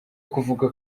kuvuga